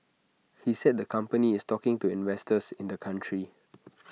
he said the company is talking to investors in the country